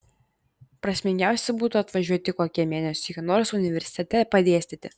prasmingiausia būtų atvažiuoti kokiam mėnesiui ką nors universitete padėstyti